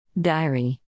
diary